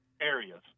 areas